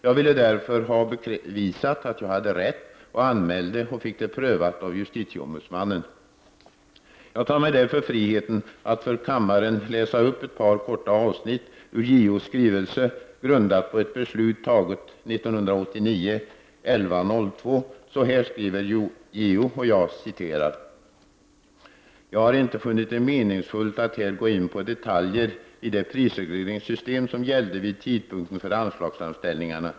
Jag ville därför ha bevisat att jag hade rätt och anmälde och fick det prövat av justitieombudsmannen. Jag tar mig därför friheten att för kammaren läsa upp ett par korta avsnitt ur JO:s skrivelse, grundat på ett beslut taget 1989-11-02. Så här skriver JO: ”Jag har inte funnit det meningsfullt att här gå in på detaljer i det prisregleringssystem som gällde vid tidpunkten för anslagsframställningarna.